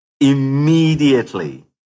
immediately